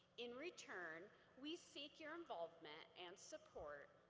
in return, we seek your involvement and support,